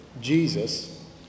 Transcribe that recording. Jesus